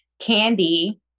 candy